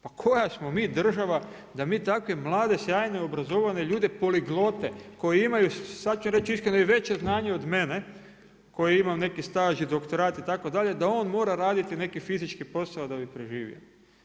Pa koja smo mi država da mi takve mlade, sjajne obrazovane ljude, poliglote, koji imaju, sada ću reći iskreno i veće znanje od mene koji imam neki staž i doktorat itd., da on mora raditi neki fizički posao da bi preživio.